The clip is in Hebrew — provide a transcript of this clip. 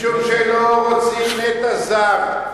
משום שלא רוצים נטע זר.